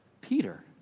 Peter